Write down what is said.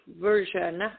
version